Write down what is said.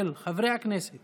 של חברי הכנסת